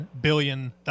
billion